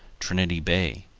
trinity bay,